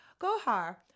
gohar